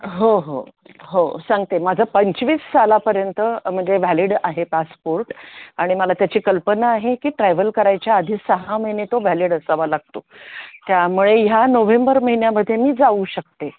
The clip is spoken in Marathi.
हो हो हो सांगते माझं पंचवीस सालापर्यंत म्हणजे व्हॅलिड आहे पासपोर्ट आणि मला त्याची कल्पना आहे की ट्रॅव्हल करायच्या आधी सहा महिने तो व्हॅलेड असावा लागतो त्यामुळे ह्या नोव्हेंबर महिन्यामध्ये मी जाऊ शकते